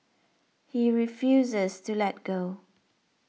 he refuses to let go